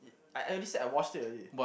I already said I watched it already